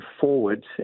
forward